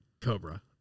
Cobra